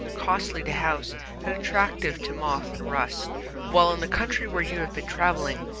costly to house and attractive to moth and rust while in the country where you have been travelling,